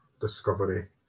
discovery